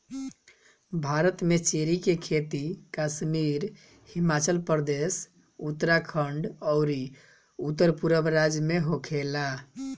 भारत में चेरी के खेती कश्मीर, हिमाचल प्रदेश, उत्तरखंड अउरी उत्तरपूरब राज्य में होखेला